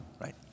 right